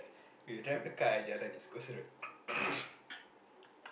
we will drive the car at jalan East-Coast-Road